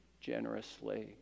generously